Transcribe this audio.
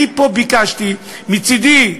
אני פה ביקשתי, מצדי,